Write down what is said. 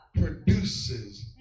produces